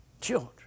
children